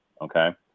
okay